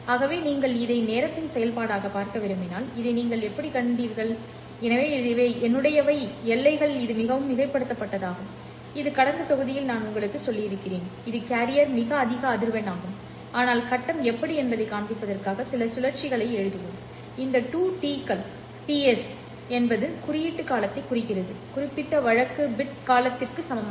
ஆகவே நீங்கள் இதை நேரத்தின் செயல்பாடாகப் பார்க்க விரும்பினால் இதை நீங்கள் எப்படிக் காண்பீர்கள் எனவே இவை என்னுடையவை எல்லைகள் இது மிகவும் மிகைப்படுத்தப்பட்டதாகும் இது கடந்த தொகுதியில் நான் உங்களுக்குச் சொல்லியிருக்கிறேன் இது கேரியர் மிக அதிக அதிர்வெண் ஆகும் ஆனால் கட்டம் எப்படி என்பதைக் காண்பிப்பதற்காக சில சுழற்சிகளை எழுதுவோம் இந்த 2T கள் Ts என்பது குறியீட்டு காலத்தை குறிக்கிறது குறிப்பிட்ட வழக்கு பிட் காலத்திற்கு சமம்